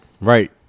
Right